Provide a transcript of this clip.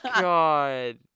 god